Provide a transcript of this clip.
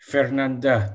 Fernanda